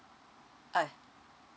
I